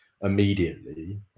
immediately